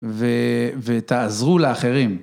ותעזרו לאחרים.